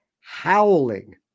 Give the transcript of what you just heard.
howling